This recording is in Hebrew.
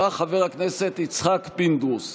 בא חבר הכנסת יצחק פינדרוס,